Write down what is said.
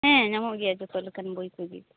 ᱦᱮᱸ ᱧᱟᱢᱚᱜ ᱜᱮᱭᱟ ᱡᱚᱛᱚ ᱞᱮᱠᱟᱱ ᱵᱚᱭ ᱠᱚᱜᱮ